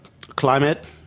climate